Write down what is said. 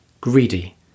greedy